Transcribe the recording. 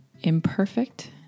imperfect